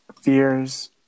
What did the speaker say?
fears